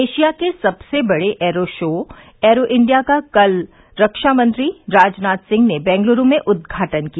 Asia के सबसे बड़े ऐरो शो ऐरो इंडिया का कल रक्षा मंत्री राजनाथ सिंह ने बेंगलुरु में उद्घाटन किया